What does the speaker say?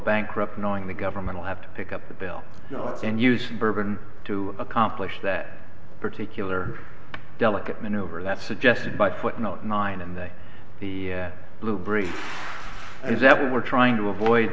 bankrupt knowing the government will have to pick up the bill and using bourbon to accomplish that particular delicate maneuver that suggested by footnote nine and the blue bridge is that what we're trying to avoid